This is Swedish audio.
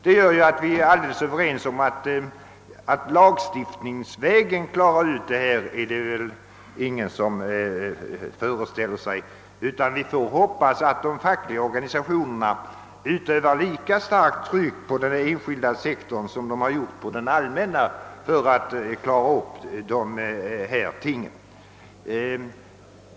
Det gör att vi är alldeles överens om att man inte bör lösa denna fråga lagstiftningsvägen. Vi får hoppas att de fackliga organisationerna skall utöva lika starkt tryck på den enskilda sektorn som de gjort på den allmänna för att klara upp dessa ting.